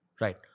Right